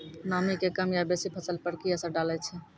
नामी के कम या बेसी फसल पर की असर डाले छै?